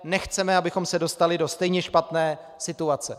Nechceme, abychom se dostali do stejně špatné situace.